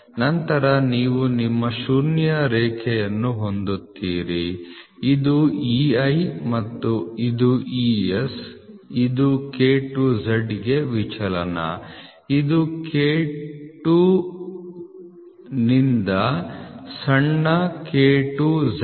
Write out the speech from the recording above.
ನಂತರ ನೀವು ನಿಮ್ಮ ಶೂನ್ಯ ರೇಖೆಯನ್ನು ಹೊಂದಿರುತ್ತೀರಿ ಇದು E I ಮತ್ತು ಇದು E S ಇದು K to Z ಡ್ ಗೆ ವಿಚಲನ ಇದು K ನಿಂದ ಸಣ್ಣ k ಟು z ಡ್